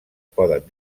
poden